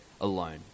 alone